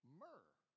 myrrh